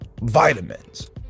vitamins